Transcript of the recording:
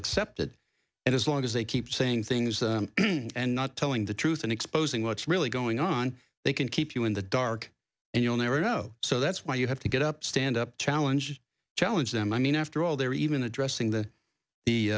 accept it and as long as they keep saying things and not telling the truth and exposing what's really going on they can keep you in the dark and you'll never know so that's why you have to get up stand up challenge challenge them i mean after all they're even addressing the